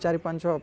ଚାରି ପାଞ୍ଚ